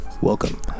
welcome